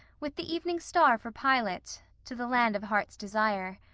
with the evening star for pilot, to the land of heart's desire.